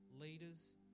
leaders